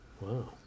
wow